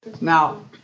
Now